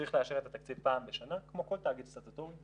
צריך לאשר את התקציב פעם בשנה כמו כל תהליך סטטוטורי.